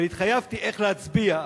התחייבתי איך להצביע,